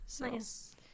Nice